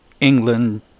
England